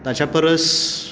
ताच्या परस